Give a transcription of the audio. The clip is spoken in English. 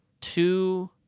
two